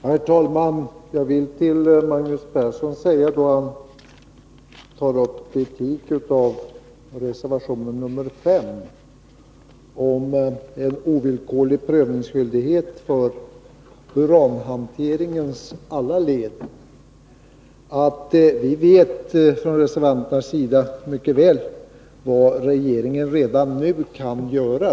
Herr talman! Magnus Persson framför kritik beträffande reservation 5, som gäller en ovillkorlig prövningsskyldighet för uranhanteringens alla led. Jag vill påpeka för honom, att vi reservanter mycket väl vet vad regeringen redan nu kan göra.